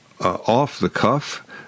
off-the-cuff